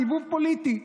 סיבוב פוליטי.